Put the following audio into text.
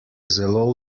zelo